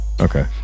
Okay